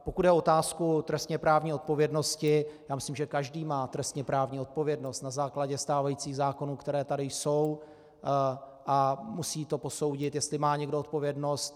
Pokud jde o otázku trestněprávní odpovědnosti, já myslím, že každý má trestněprávní odpovědnost na základě stávajících zákonů, které tady jsou, a musí to posoudit, jestli má někdo odpovědnost.